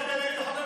תעשה לי ככה.